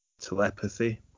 telepathy